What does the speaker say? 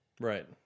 Right